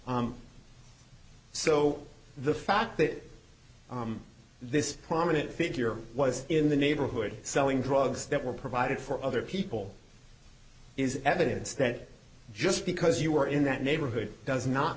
s so the fact that this prominent figure was in the neighborhood selling drugs that were provided for other people is evidence that just because you were in that neighborhood does not